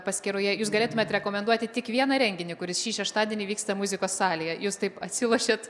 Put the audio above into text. paskyroje jūs galėtumėte rekomenduoti tik vieną renginį kuris šį šeštadienį vyksta muzikos salėje jus taip atsilošėt